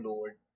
Lord